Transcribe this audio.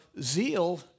zeal